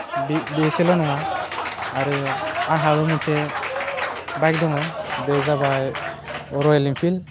बे बेसेल' नङा आरो आंहाबो मोनसे बाइक दङ बेयो जाबाय रयेल एन्डफिल